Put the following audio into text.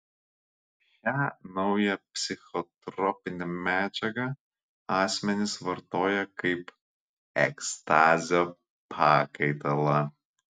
šią naują psichotropinę medžiagą asmenys vartoja kaip ekstazio pakaitalą